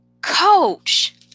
Coach